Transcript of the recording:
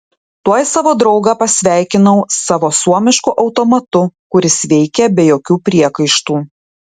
tuoj savo draugą pasveikinau savo suomišku automatu kuris veikė be jokių priekaištų